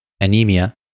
Anemia